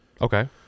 Okay